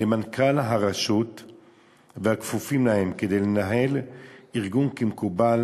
למנכ"ל הרשות והכפופים להם, כדי לנהל ארגון כמקובל